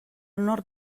nord